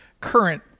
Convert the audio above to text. current